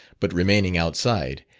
but remaining outside,